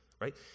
right